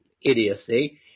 idiocy